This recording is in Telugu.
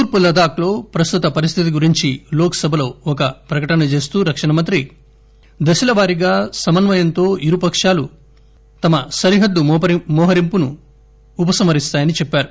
తూర్పు లద్దాఖ్లో ప్రస్తుత పరిస్దితి గురించి లోక్ సభలో ఒక ప్రకటన చేస్తూ రక్షణమంత్రి దశలవారీగా సమన్వయంతో ఇరు పకాలు తమ సరిహద్దు మోహరింపును ఉపసంహరిస్తాయని చెప్పారు